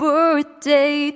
Birthday